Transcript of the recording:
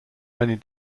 many